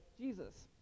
Jesus